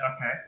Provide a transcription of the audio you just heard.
Okay